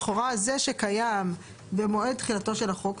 לכאורה זה שקיים במועד תחילתו של החוק.